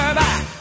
back